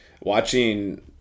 watching